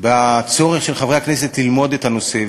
מתחשבת בצורך של חברי הכנסת ללמוד את הנושא,